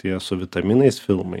tie su vitaminais filmai